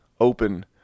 open